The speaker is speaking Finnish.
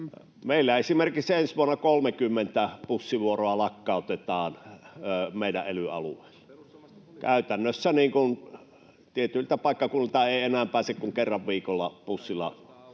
ely-alueellamme ensi vuonna 30 bussivuoroa lakkautetaan. Käytännössä tietyiltä paikkakunnilta ei enää pääse kuin kerran viikossa bussilla